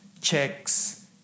checks